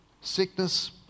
sickness